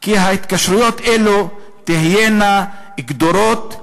כי התקשרויות אלה תהיינה גדורות,